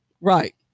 Right